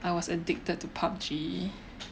I was addicted to PUB-G